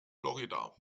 florida